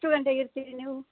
ಎಷ್ಟು ಗಂಟೆಗೆ ಇರ್ತೀರಿ ನೀವು